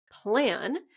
plan